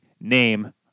name